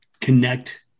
connect